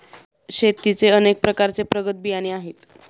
शेतीचे अनेक प्रकारचे प्रगत बियाणे आहेत